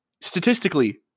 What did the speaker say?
statistically